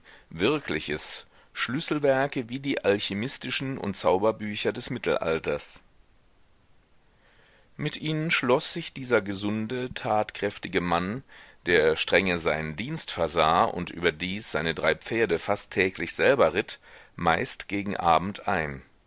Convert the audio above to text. wirkliches schlüsselwerke wie die alchimistischen und zauberbücher des mittelalters mit ihnen schloß sich dieser gesunde tatkräftige mann der strenge seinen dienst versah und überdies seine drei pferde fast täglich selber ritt meist gegen abend ein